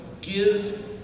give